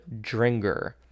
Dringer